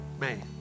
Man